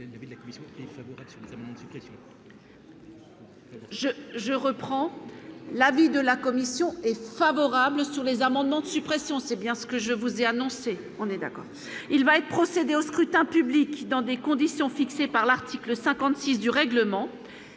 débuts de la cuisse pour TF1 Gourette suffisamment de suppression. Je je reprends l'avis de la commission et favorable sur les amendements de suppression, c'est bien ce que je vous ai annoncé, on est d'accord, il va être procédé au scrutin public dans des conditions fixées par l'article 56 du règlement.